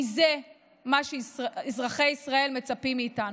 כי זה מה שאזרחי ישראל מצפים מאיתנו.